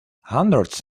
hundreds